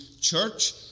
church